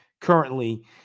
currently